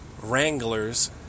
Wranglers